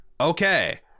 Okay